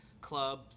club